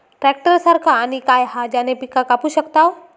Tractor सारखा आणि काय हा ज्याने पीका कापू शकताव?